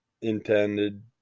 intended